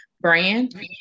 brand